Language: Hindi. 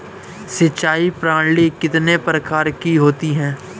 सिंचाई प्रणाली कितने प्रकार की होती है?